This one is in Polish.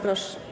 Proszę.